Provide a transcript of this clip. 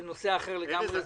זה נושא אחר לגמרי.